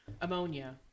Ammonia